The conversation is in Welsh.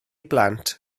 blant